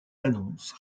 annonces